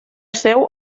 seu